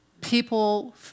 people